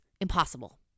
impossible